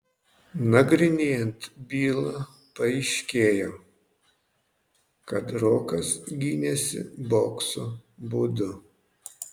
nagrinėjant bylą paaiškėjo kad rokas gynėsi bokso būdu